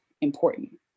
important